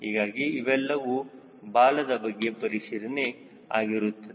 ಹೀಗಾಗಿ ಇವೆಲ್ಲವೂ ಬಾಲದ ಬಗ್ಗೆ ಪರಿಶೀಲನೆ ಆಗಿರುತ್ತದೆ